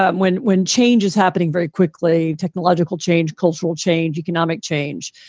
um when when change is happening very quickly, technological change, cultural change, economic change.